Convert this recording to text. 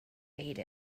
ate